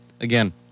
again